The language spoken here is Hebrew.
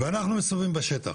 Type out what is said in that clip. אנחנו מסתובבים בשטח